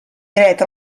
dret